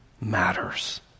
matters